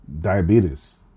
diabetes